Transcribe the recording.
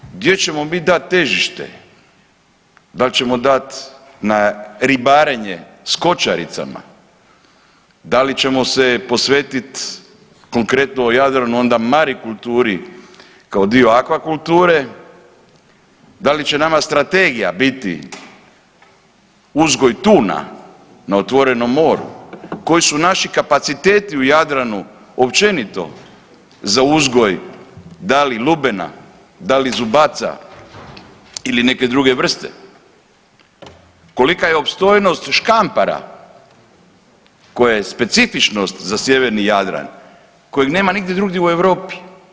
O tome gdje ćemo mi dat težište, da li ćemo dati na ribarenje s kočaricama, da li ćemo se posvetiti konkretno Jadranu onda marikulturi kao dio akvakuture, da li će nama strategija biti uzgoj tuna na otvorenom moru, koji su naši kapaciteti u Jadranu općenito za uzgoj, da li lubena, da li zubaca ili neke druge vrste, kolika je opstojnost škampara koje je specifičnost za sjeverni Jadran kojeg nema nigdje drugdje u Europi?